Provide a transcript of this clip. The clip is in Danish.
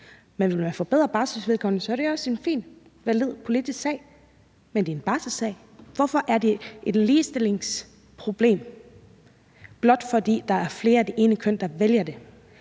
det. Vil man forbedre barselsvilkårene, er det også en fin, valid politisk sag. Men det er en barselssag. Hvorfor er det et ligestillingsproblem, blot fordi der er flere af det ene køn, der vælger det?